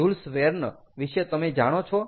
joules Verne વિષે તમે જાણો છો